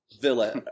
Villa